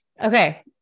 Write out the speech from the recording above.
Okay